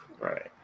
Right